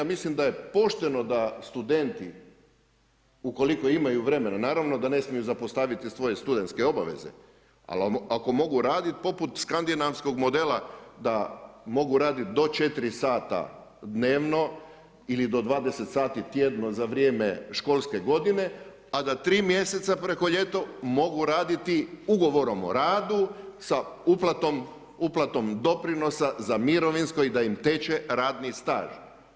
Mislim da je pošteno da studenti ukoliko imaju vremena, naravno da ne smiju zapostaviti svoje studentske obaveze, ali ako mogu raditi poput skandinavskog modela da mogu raditi do 4 sata dnevno ili do 20 sati tjedno za vrijeme školske godine, a da tri mjeseca preko ljeta mogu raditi ugovorom o radu, sa uplatom doprinosa za mirovinsko i da im teče radni staž.